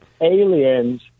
aliens